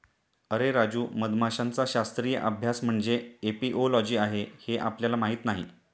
अरे राजू, मधमाशांचा शास्त्रीय अभ्यास म्हणजे एपिओलॉजी आहे हे आपल्याला माहीत नाही